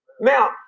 Now